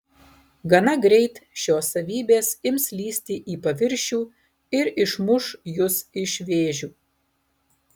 gana greit šios savybės ims lįsti į paviršių ir išmuš jus iš vėžių